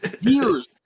years